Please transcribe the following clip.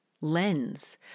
lens